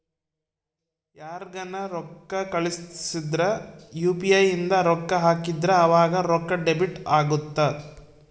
ಯಾರ್ಗನ ರೊಕ್ಕ ಕಳ್ಸಿದ್ರ ಯು.ಪಿ.ಇ ಇಂದ ರೊಕ್ಕ ಹಾಕಿದ್ರ ಆವಾಗ ರೊಕ್ಕ ಡೆಬಿಟ್ ಅಗುತ್ತ